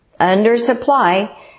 undersupply